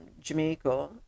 jamaica